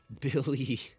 Billy